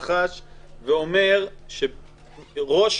תראה איך אתה היום,